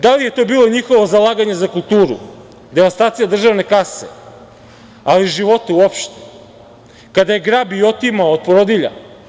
Da li je to bilo njihovo zalaganje za kulturu, devastacija državne kase, ali i života uopšte, kada je grabio i otimao od porodilja?